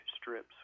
strips